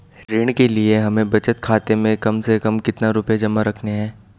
ऋण के लिए हमें बचत खाते में कम से कम कितना रुपये जमा रखने हैं?